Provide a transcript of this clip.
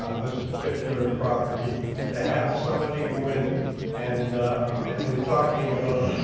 this particular property to have somebody go in and if you're talking about